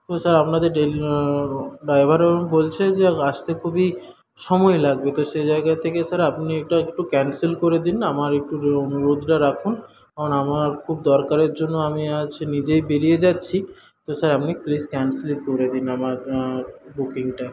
তো স্যার আপনাদের ড্রাইভারও বলছে যে আসতে খুবই সময় লাগবে তো সেই জায়গার থেকে স্যার আপনি এটা একটু ক্যানসেল করে দিন আমার একটু অনুরোধটা রাখুন কারণ আমার খুব দরকারের জন্য আমি আজ নিজেই বেরিয়ে যাচ্ছি তো স্যার আপনি প্লিজ ক্যান্সেল করে দিন আমার বুকিংটা